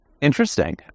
interesting